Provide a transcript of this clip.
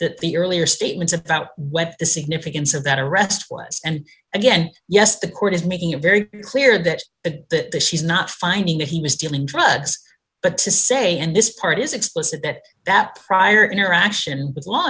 that the earlier statements about what the significance of that are restless and again yes the court is making a very clear that the he's not finding that he was dealing drugs but to say and this part is explicit that prior interaction with law